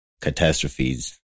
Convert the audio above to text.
catastrophes